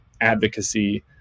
advocacy